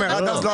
אני